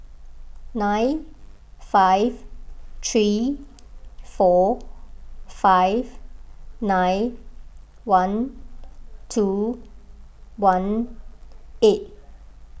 nine five three four five nine one two one eight